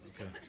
Okay